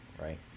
right